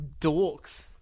dorks